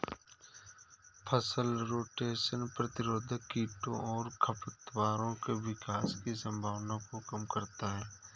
फसल रोटेशन प्रतिरोधी कीटों और खरपतवारों के विकास की संभावना को कम करता है